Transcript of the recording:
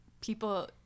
people